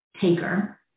taker